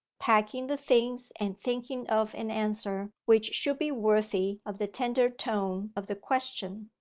packing the things and thinking of an answer which should be worthy of the tender tone of the question,